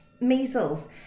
measles